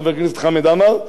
חבר הכנסת חמד עמאר,